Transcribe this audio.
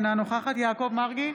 בעד יעקב מרגי,